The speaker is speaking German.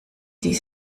die